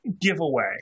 giveaway